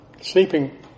sleeping